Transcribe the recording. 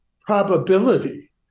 probability